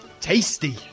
tasty